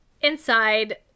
inside